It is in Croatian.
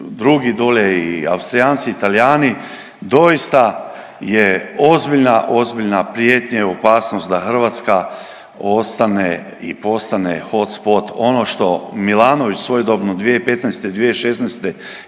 drugi dolje i Austrijanci i Talijani doista je ozbiljna, ozbiljna prijetnja i opasnost da Hrvatska ostane i postane hot spot. Ono što Milanović svojedobno 2015., 2016.